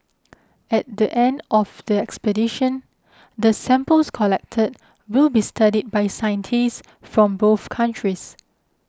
at the end of the expedition the samples collected will be studied by scientists from both countries